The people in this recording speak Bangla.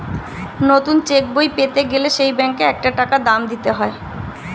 নতুন চেক বই পেতে গেলে সেই ব্যাংকে একটা টাকা দাম দিতে হয়